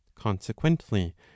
Consequently